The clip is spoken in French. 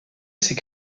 ces